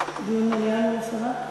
דיון במליאה, השרה?